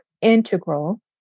integral